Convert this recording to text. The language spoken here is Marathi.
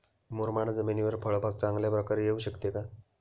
मुरमाड जमिनीवर फळबाग चांगल्या प्रकारे येऊ शकते का?